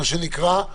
מה שנקרא,